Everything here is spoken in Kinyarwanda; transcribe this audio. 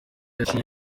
yaciye